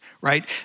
right